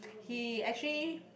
he actually